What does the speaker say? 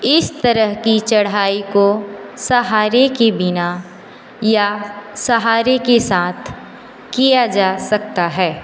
इस तरह की चढ़ाई को सहारे के बिना या सहारे के साथ किया जा सकता है